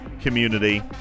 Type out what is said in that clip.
Community